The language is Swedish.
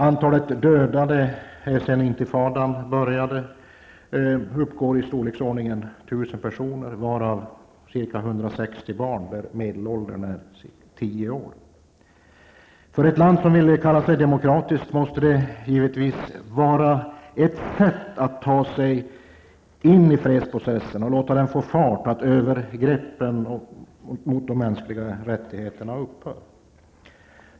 Antalet dödade sedan intifadan började uppgår till omkring 1 000 personer, varav ca 160 barn med en medelålder på tio år. För ett land som vill kalla sig demokratiskt måste det givetvis vara ett sätt att ta sig in i fredsprocessen och låta den få fart att se till att övergreppen mot de mänskliga rättigheterna upphör.